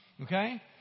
Okay